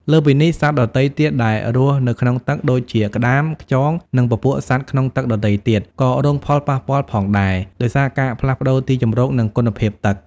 លើសពីនេះ សត្វដទៃទៀតដែលរស់នៅក្នុងទឹក ដូចជា ក្តាម ខ្យង និងពពួកសត្វក្នុងទឹកដទៃទៀត ក៏រងផលប៉ះពាល់ផងដែរ ដោយសារការផ្លាស់ប្តូរទីជម្រក និងគុណភាពទឹក។